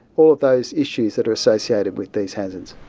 all of those issues that are associated with these hazards.